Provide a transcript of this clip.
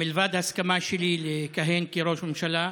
מלבד הסכמה שלי לכהן כראש ממשלה,